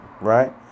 right